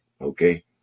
okay